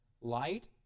Light